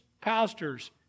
pastors